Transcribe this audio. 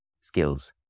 skills